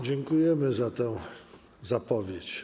Dziękujemy za tę zapowiedź.